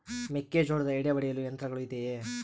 ಮೆಕ್ಕೆಜೋಳದ ಎಡೆ ಒಡೆಯಲು ಯಂತ್ರಗಳು ಇದೆಯೆ?